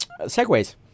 Segways